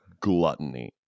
gluttony